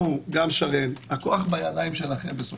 שרן, הכוח בידיים שלכם.